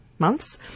Months